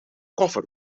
koffer